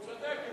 הוא צודק.